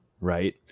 right